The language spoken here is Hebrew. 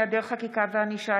היעדר חקיקה וענישה,